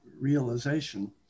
realization